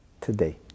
today